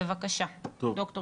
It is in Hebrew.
בבקשה, ד"ר שלמון.